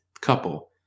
couple